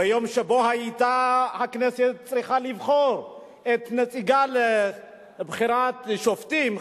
ביום שבו היתה הכנסת צריכה לבחור את נציגה לוועדה לבחירת שופטים,